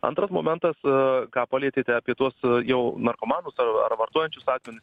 antras momentas ką palietėte apie tuos jau narkomanus ar vartojančius asmenis